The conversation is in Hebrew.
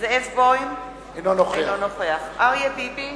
זאב בוים - אינו נוכח אריה ביבי